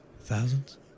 thousands